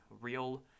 real